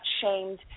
shamed